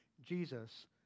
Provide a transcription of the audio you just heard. Jesus